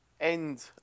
end